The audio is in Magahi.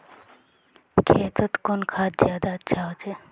खेतोत कुन खाद ज्यादा अच्छा होचे?